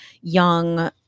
young